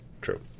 true